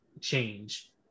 change